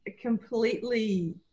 completely